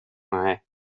nej